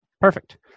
Perfect